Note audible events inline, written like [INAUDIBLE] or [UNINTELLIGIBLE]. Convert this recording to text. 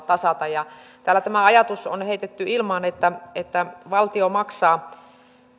[UNINTELLIGIBLE] tasata täällä tämä ajatus on heitetty ilmaan että että valtio maksaa